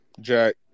Jack